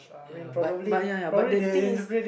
ya but but ya ya but the the thing is